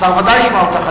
השר ודאי ישמע אותך,